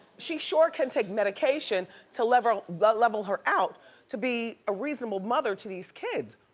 she sure can take medication to level, level her out to be a reasonable mother to these kids.